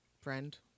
friend